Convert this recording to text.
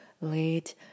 late